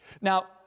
Now